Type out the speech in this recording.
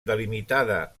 delimitada